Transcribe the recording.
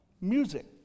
Music